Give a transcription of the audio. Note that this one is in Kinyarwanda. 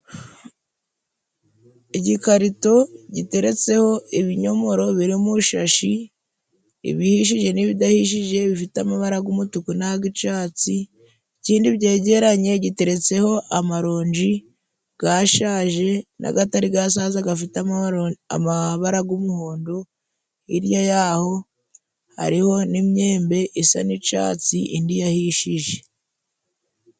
Igikarito giteretseho ibinyomoro biri mu ishashi, ibihishije n'ibidahishije bifite amabara g'umutuku nagicatsi ikindi byegeranye giteretseho amaronji gashaje nagatari gashaza gafite amabara g'umuhondo hirya yaho hariho n'imyembe isa n'icatsi indi yahishije.